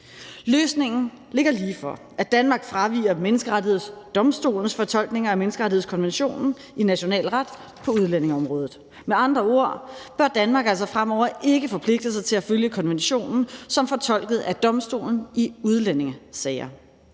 Løsningen ligger lige for, nemlig at Danmark fraviger Menneskerettighedsdomstolens fortolkning af menneskerettighedskonventionen i national ret på udlændingeområdet. Med andre ord bør Danmark altså fremover ikke forpligte sig til at følge konventionen som fortolket af domstolen i udlændingesager,